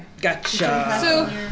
Gotcha